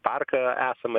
parką esamą